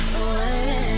away